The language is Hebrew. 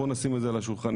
בוא נשים את זה על השולחן,